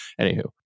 Anywho